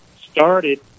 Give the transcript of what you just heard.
started